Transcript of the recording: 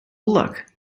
look